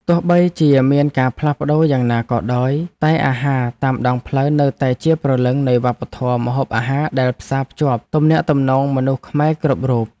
ទោះបីជាមានការផ្លាស់ប្តូរយ៉ាងណាក៏ដោយតែអាហារតាមដងផ្លូវនៅតែជាព្រលឹងនៃវប្បធម៌ម្ហូបអាហារដែលផ្សារភ្ជាប់ ទំនាក់ទំនងមនុស្សខ្មែរគ្រប់រូប។